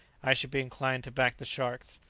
i should be inclined to back the sharks.